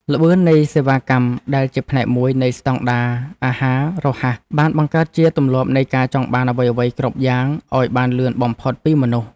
ល្បឿននៃសេវាកម្មដែលជាផ្នែកមួយនៃស្តង់ដារអាហាររហ័សបានបង្កើតជាទម្លាប់នៃការចង់បានអ្វីៗគ្រប់យ៉ាងឲ្យបានលឿនបំផុតពីមនុស្ស។